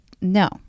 no